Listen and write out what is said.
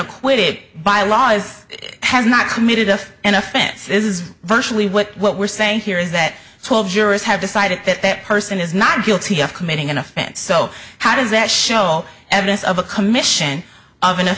acquitted by law as it has not committed to an offense is virtually what what we're saying here is that twelve jurors have decided that that person is not guilty of committing an offense so how does that show evidence of a commission of an